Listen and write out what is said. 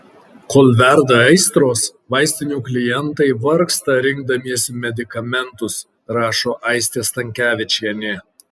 kol verda aistros vaistinių klientai vargsta rinkdamiesi medikamentus rašo aistė stankevičienė